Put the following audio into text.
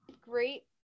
great